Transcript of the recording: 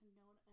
known